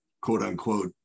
quote-unquote